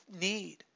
need